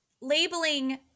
labeling